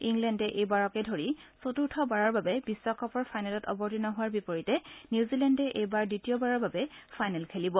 ইংলেণ্ডে এইবাৰকে ধৰি চতুৰ্থবাৰৰ বাবে বিশ্বকাপৰ ফাইনেলত অৱতীৰ্ণ হোৱাৰ বিপৰীতে নিউজিলেণ্ডে এইবাৰ দ্বিতীয়বাৰৰ বাবে ফাইনেল খেলিব